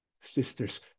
sisters